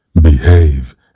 Behave